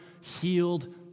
healed